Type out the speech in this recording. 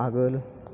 आगोल